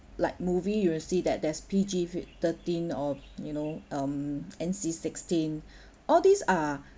like movie you will see that there's P_G fif~ thirteen or you know um N_C sixteen all these are